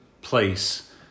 place